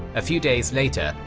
a few days later,